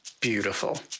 beautiful